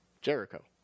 Jericho